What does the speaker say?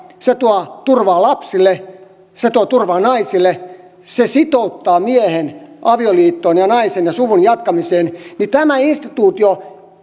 se tuo turvaa lapsille se tuo turvaa naisille se sitouttaa miehen avioliittoon ja naisen ja suvun jatkamiseen niin tämä instituutio